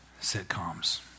sitcoms